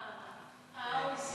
ה-OECD.